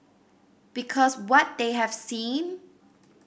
because what they have seen